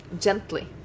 gently